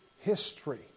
history